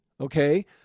Okay